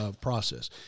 process